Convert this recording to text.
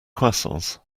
croissants